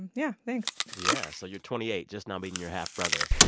and yeah, thanks yeah. so you're twenty eight, just now being your half-brother.